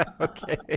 okay